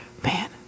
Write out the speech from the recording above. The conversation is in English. Man